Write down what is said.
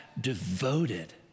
devoted